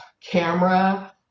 camera